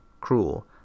cruel